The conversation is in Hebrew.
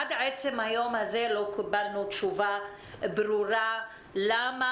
עד עצם היום הזה לא קיבלנו תשובה ברורה למה